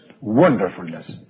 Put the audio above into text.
wonderfulness